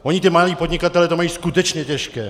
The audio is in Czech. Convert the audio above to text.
Oni ti malí podnikatelé to mají skutečně těžké.